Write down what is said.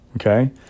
Okay